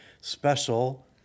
special